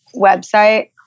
website